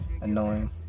annoying